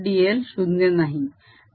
dl 0 नाही